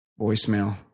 voicemail